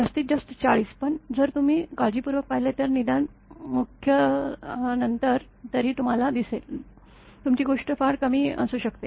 जास्तीत जास्त ४० पण जर तुम्ही काळजीपूर्वक पाहिले तर निदान मुख्य ानंतर तरी तुम्हाला दिसेल तुमची गोष्ट फार कमी असू शकते